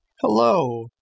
Hello